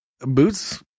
boots